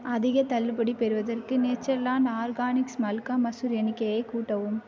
அதிகத் தள்ளுபடி பெறுவதற்கு நேச்சர்லாண்டு ஆர்கானிக்ஸ் மல்கா மசூர் எண்ணிக்கையை கூட்டவும்